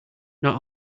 not